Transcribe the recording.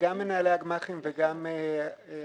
גם מנהלי הגמ"חים וגם אנשי